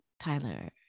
Tyler